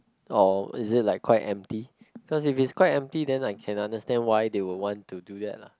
or is it like quite empty cause if it's quite empty then I can understand why they will want to do that lah